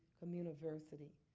communiversity.